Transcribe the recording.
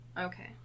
Okay